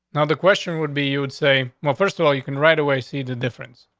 now the question would be you would say, well, first of all, you can right away see the difference.